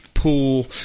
Pool